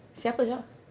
siapa lah